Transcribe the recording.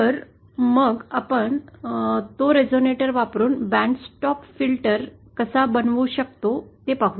तर मग आपण तो रेझोनेटर वापरुन बँड स्टॉप फिल्टर कसा बनवू शकतो ते पाहू